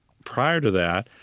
prior to that,